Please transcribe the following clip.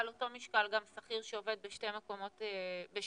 על אותו משקל גם שכיר שעובד בשני מקומות עבודה,